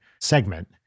segment